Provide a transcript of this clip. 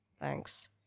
thanks